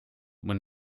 when